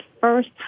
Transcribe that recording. first